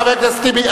חבר הכנסת טיבי,